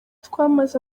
twamaze